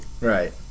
Right